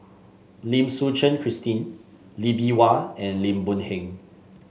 Lim Suchen Christine Lee Bee Wah and Lim Boon Heng